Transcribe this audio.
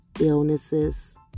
illnesses